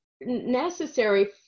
necessary